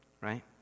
right